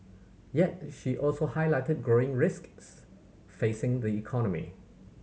yet she also highlighted growing risks facing the economy